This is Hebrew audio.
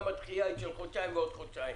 גם הדחייה היא של חודשיים ועוד חודשיים.